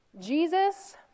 Jesus